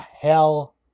hell